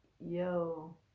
Yo